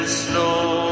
snow